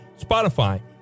Spotify